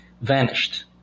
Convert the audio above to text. vanished